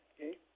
okay